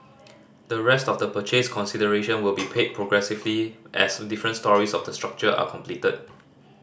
the rest of the purchase consideration will be paid progressively as different storeys of the structure are completed